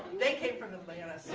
they came from atlanta,